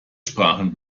sprachen